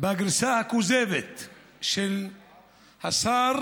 בגרסה הכוזבת של השר